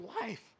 life